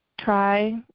try